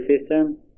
system